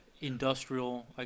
industrial